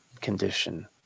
condition